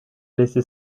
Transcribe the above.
laisser